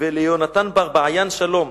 "וליהונתן בר בעין שלום.